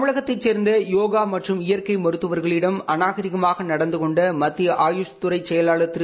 தமிழகத்தைச் சேர்ந்த யோகா மற்றும் இயற்கை மருத்துவர்களிடம் அநானீகமாக நடந்து னொண்ட மத்திய ஆயுஷ் துறை செயலாளர் திரு